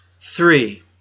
Three